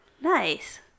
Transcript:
Nice